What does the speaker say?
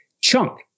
chunk